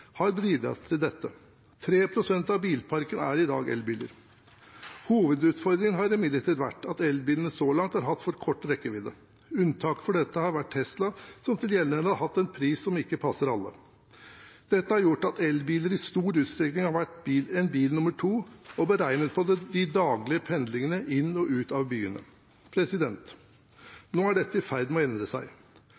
har bidratt til dette. 3 pst. av bilparken er i dag elbiler. Hovedutfordringen har imidlertid vært at elbilene så langt har hatt for kort rekkevidde. Unntaket for dette har vært Tesla, som til gjengjeld har hatt en pris som ikke passer alle. Dette har gjort at elbiler i stor utstrekning har vært en bil nr. 2 og beregnet på de daglige pendlingene inn og ut av byene.